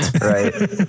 right